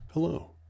Hello